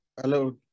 Hello